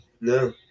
no